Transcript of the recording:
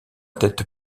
tête